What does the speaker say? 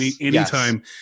anytime